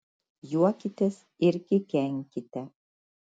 juokitės ir kikenkite